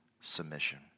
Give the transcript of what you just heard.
submission